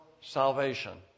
salvation